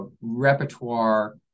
repertoire